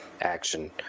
action